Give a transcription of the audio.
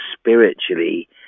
spiritually